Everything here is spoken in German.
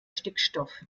stickstoff